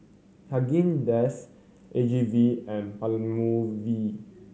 Haagen Dazs A G V and Palmolive